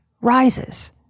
rises